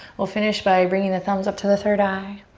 we'll finish by bringing the thumbs up to the third eye